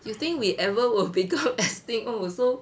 you think we ever would become extinct oh so